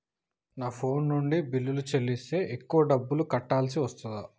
నా ఫోన్ నుండి బిల్లులు చెల్లిస్తే ఎక్కువ డబ్బులు కట్టాల్సి వస్తదా?